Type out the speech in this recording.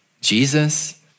Jesus